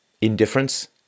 indifference